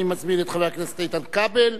אני מזמין את חבר הכנסת איתן כבל,